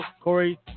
Corey